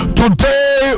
today